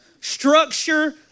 structure